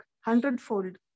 hundredfold